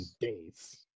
days